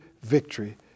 victory